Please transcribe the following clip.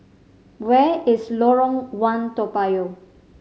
where is Lorong One Toa Payoh